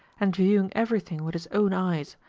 and viewing everything with his own eyes,